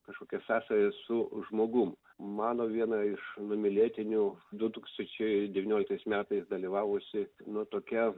kažkokia sąsaja su žmogum mano viena iš numylėtinių du tūkstančiai devynioliktais metais dalyvavusi nu tokia